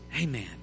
Amen